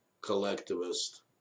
collectivist